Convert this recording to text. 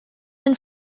and